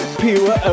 pure